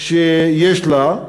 שיש לה.